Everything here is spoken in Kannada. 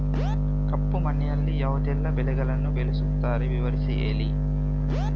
ಕಪ್ಪು ಮಣ್ಣಿನಲ್ಲಿ ಯಾವುದೆಲ್ಲ ಬೆಳೆಗಳನ್ನು ಬೆಳೆಸುತ್ತಾರೆ ವಿವರಿಸಿ ಹೇಳಿ